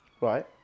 Right